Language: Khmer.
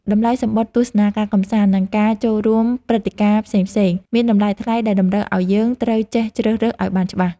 តម្លៃសំបុត្រទស្សនាការកម្សាន្ត និងការចូលរួមព្រឹត្តិការណ៍ផ្សេងៗ មានតម្លៃថ្លៃដែលតម្រូវឱ្យយើងត្រូវចេះជ្រើសរើសឱ្យបានច្បាស់។